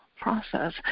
process